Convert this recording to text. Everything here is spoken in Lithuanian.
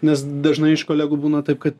nes dažnai iš kolegų būna taip kad